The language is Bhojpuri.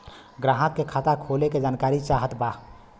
ग्राहक के खाता खोले के जानकारी चाहत बा?